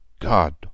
God